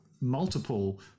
multiple